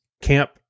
Camp